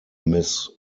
miss